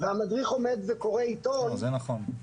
והמדריך עומד וקורא עיתון --- זה נכון.